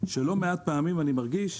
שלא מעט פעמים אני מרגיש